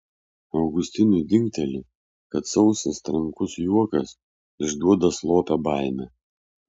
augustinui dingteli kad sausas trankus juokas išduoda slopią baimę